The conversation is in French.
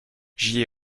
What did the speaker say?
j’y